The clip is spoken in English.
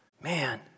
Man